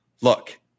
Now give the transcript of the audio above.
Look